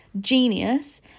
genius